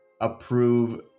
approve